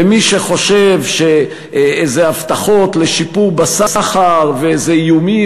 ומי שחושב שאיזה הבטחות לשיפור בסחר ואיזה איומים